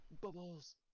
Bubbles